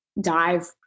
dive